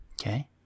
Okay